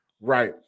right